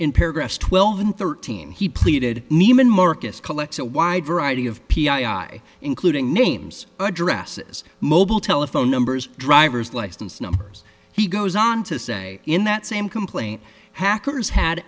in paragraphs twelve and thirteen he pleaded neiman marcus collects a wide variety of p r i including names addresses mobile telephone numbers driver's license numbers he goes on to say in that same complaint hackers had